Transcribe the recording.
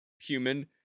human